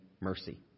mercy